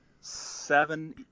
seven